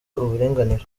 uburinganire